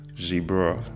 zebra